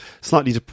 slightly